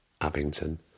Abington